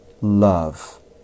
love